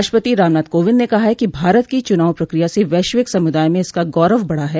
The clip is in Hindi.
राष्ट्रपति रामनाथ कोविंद ने कहा है कि भारत की चुनाव प्रक्रिया से वैश्विक समुदाय में इसका गौरव बढ़ा है